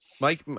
mike